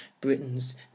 Britain's